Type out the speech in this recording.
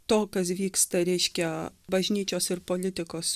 to kas vyksta reiškia bažnyčios ir politikos